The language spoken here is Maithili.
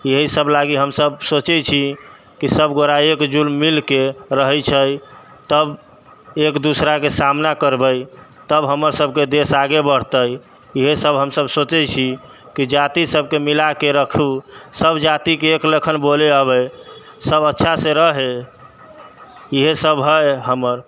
इएहसब लागी हमसब सोचै छी कि सब गोरा एकजुट मिलिके रहै छै तब एक दोसराके सामना करबै तब हमरसबके देश आगे बढ़ते इएहसब हमसब सोचै छी कि जातिसबके मिलाके रखू सब जातिके एक लखन बोलै अबै सब अच्छासँ रहै इएहसब हइ हमर